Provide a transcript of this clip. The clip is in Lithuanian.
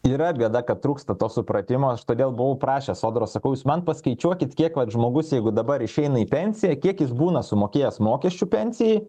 yra bėda kad trūksta to supratimo todėl buvau prašęs sodros sakau jūs man paskaičiuokit kiek vat žmogus jeigu dabar išeina į pensiją kiek jis būna sumokėjęs mokesčių pensijai